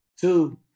Two